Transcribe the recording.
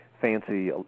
fancy